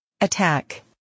attack